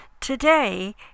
Today